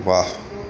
વાહ